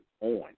on